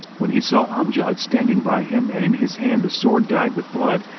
when he saw amjad standing by him and in his hand the sword dyed with blood,